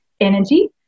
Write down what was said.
energy